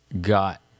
got